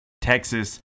Texas